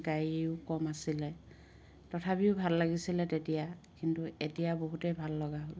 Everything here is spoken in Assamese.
গাড়ীও কম আছিলে তথাপিও ভাল লাগিছিলে তেতিয়া কিন্তু এতিয়া বহুতেই ভাল লগা হ'ল